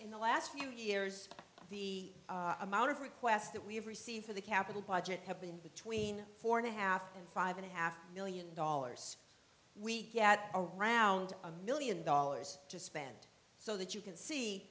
in the last few years the amount of requests that we have received for the capital budget have been between four and a half and five and a half million dollars we had around a million dollars to spend so that you can see